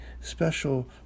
special